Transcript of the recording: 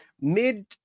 mid